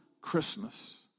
Christmas